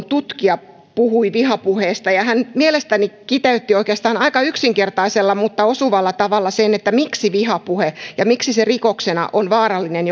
tutkija puhui vihapuheesta ja hän mielestäni kiteytti oikeastaan aika yksinkertaisella mutta osuvalla tavalla sen miksi vihapuhe ja miksi se rikoksena on vaarallinen